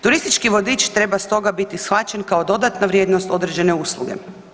Turistički vodič treba stoga biti shvaćen kao dodatna vrijednost određene usluge.